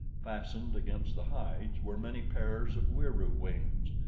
fastened against the hides were many pairs of wieroo wings,